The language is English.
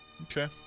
Okay